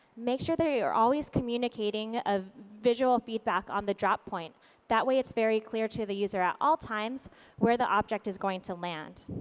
make sure you're always communicateing a visual feedback on the job point that way it's very clear to the user at all times where the object is going to land.